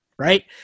Right